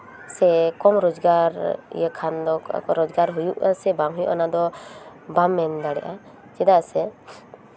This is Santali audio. ᱥᱮ ᱠᱚᱢ ᱨᱳᱡᱽᱜᱟᱨ ᱞᱮᱠᱷᱟᱱ ᱫᱚ ᱨᱳᱡᱽᱜᱟᱨ ᱦᱩᱭᱩᱜᱼᱟ ᱥᱮ ᱵᱟᱝ ᱦᱩᱭᱩᱜᱼᱟ ᱵᱟᱢ ᱢᱮᱱ ᱫᱟᱲᱮᱭᱟᱜᱼᱟ ᱪᱮᱫᱟᱜ ᱥᱮ